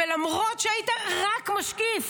ולמרות שהיית רק משקיף,